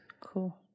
Cool